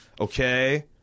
okay